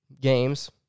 games